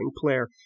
player